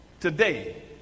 today